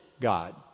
God